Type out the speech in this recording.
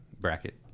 bracket